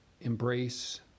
embrace